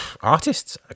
artists